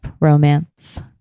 romance